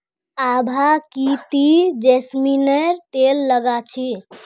आभा की ती जैस्मिनेर तेल लगा छि